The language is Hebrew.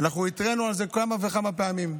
אנחנו התרענו על זה כמה וכמה פעמים,